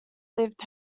lived